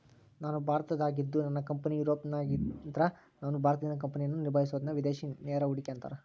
ನಾನು ಭಾರತದಾಗಿದ್ದು ನನ್ನ ಕಂಪನಿ ಯೂರೋಪ್ನಗಿದ್ದ್ರ ನಾನು ಭಾರತದಿಂದ ಕಂಪನಿಯನ್ನ ನಿಭಾಹಿಸಬೊದನ್ನ ವಿದೇಶಿ ನೇರ ಹೂಡಿಕೆ ಅಂತಾರ